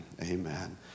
amen